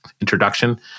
introduction